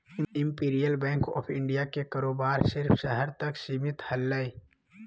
imperial bank of India के कारोबार सिर्फ़ शहर तक सीमित हलय